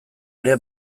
ere